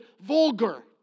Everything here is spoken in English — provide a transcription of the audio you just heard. vulgar